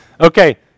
Okay